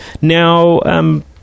Now